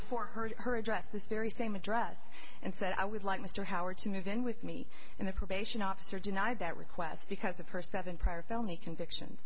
for her her address this very same address and said i would like mr howard to move in with me and the probation officer denied that request because of her seven prior felony convictions